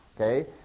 Okay